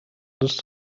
دوست